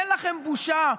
אין לכם בושה.